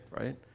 right